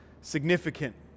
significant